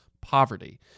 poverty